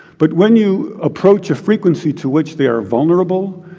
but when you approach a frequency to which they are vulnerable,